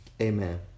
Amen